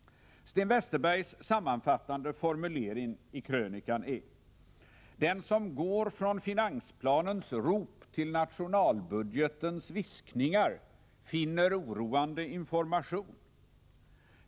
Sten Westerbergs sammanfattande formulering i krönikan är: ”Den som går från finansplanens rop till nationalbudgetens viskningar finner oroande information.